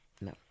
No